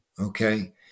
Okay